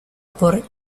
por